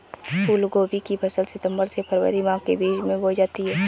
फूलगोभी की फसल सितंबर से फरवरी माह के बीच में बोई जाती है